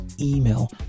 email